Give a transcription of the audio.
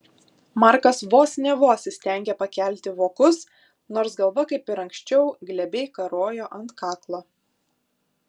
markas vos ne vos įstengė pakelti vokus nors galva kaip ir anksčiau glebiai karojo ant kaklo